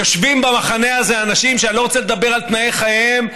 יושבים במחנה הזה אנשים שאני לא רוצה לדבר על תנאי חייהם.